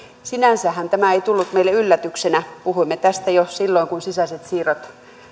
sinänsähän tämä ei tullut meille yllätyksenä puhuimme tästä jo silloin kun sisäiset siirrot